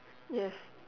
yes